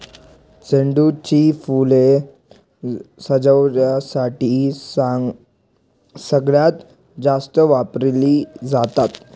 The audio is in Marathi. झेंडू ची फुलं सजावटीसाठी सगळ्यात जास्त वापरली जातात